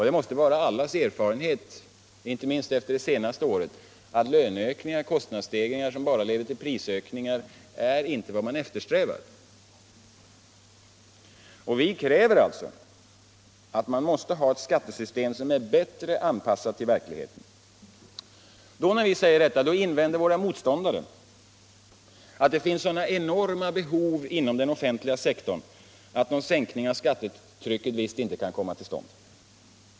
Det måste vara allas erfarenhet, inte minst efter det senaste året, att löneökningar och kostnadsstegringar som bara leder till prishöjningar inte är vad man eftersträvar. Vi kräver alltså ett skattesystem som är bättre anpassat till verkligheten. När vi säger detta invänder våra motståndare att det finns sådana enorma behov inom den offentliga sektorn att någon sänkning av skattetrycket visst inte kan komma till stånd.